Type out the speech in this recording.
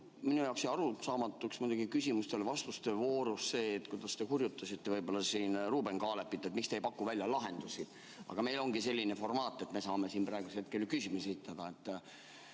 minu jaoks jäi arusaamatuks muidugi küsimuste-vastuste voorus see, kuidas te hurjutasite siin Ruuben Kaalepit, et miks me ei paku välja lahendusi. Aga meil ongi ju selline formaat, et me saame siin praegu küsimusi esitada.